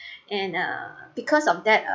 and uh because of that uh